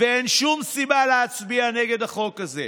ואין שום סיבה להצביע נגד החוק הזה.